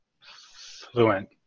fluent